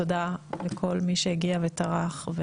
תודה לכל מי שהגיע וטרח.